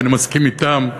ואני מסכים אתם,